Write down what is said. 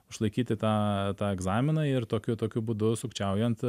išlaikyti tą tą egzaminą ir tokiu tokiu būdu sukčiaujant